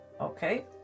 Okay